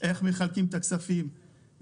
איך מחלקים את הכספים,